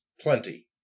plenty